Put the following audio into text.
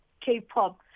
K-pop